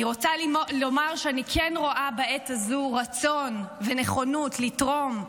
אני רוצה לומר שאני כן רואה בעת הזאת רצון ונכונות לתרום,